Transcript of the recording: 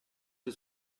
que